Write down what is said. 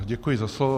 Děkuji za slovo.